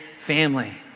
family